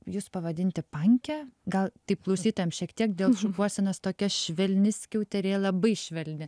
jus pavadinti panke gal taip klausytojams šiek tiek dėl šukuosenos tokia švelni skiauterė labai švelni